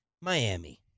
Miami